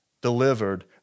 delivered